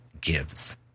gives